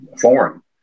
foreign